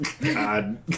God